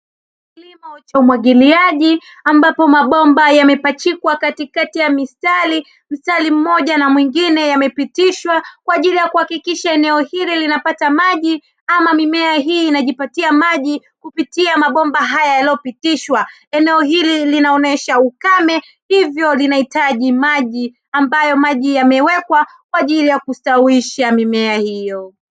Kilimo cha umwagiliaji ambapo mabomba yamepachikwa katikati ya mistari, mstari mmoja na mwingine yamepitishwa kwa ajili ya kuhakikisha eneo hili linapata maji ama mimea hii inajipatia maji kupitia mabomba haya yaliyopitishwa. Eneo hili linaonesha ukame hivyo linahitaji maji ambayo maji yamewekwa kwa ajili ya kustawisha mimea hiyo.